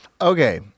Okay